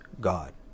God